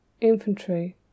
infantry